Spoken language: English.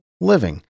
living